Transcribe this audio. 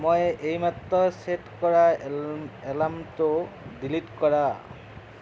মই এইমাত্ৰ ছেট কৰা এল এলাৰ্মটো ডিলিট কৰা